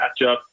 matchup